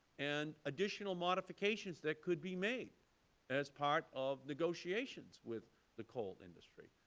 and additional modifications that could be made as part of negotiations with the coal industry,